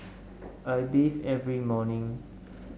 I bathe every morning